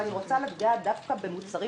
אבל אני רוצה לדעת דווקא לגבי במוצרים